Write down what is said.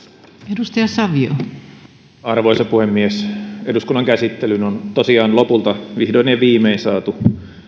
arvoisa puhemies eduskunnan käsittelyyn on tosiaan lopulta vihdoin ja viimein saatu